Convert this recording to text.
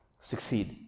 succeed